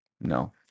No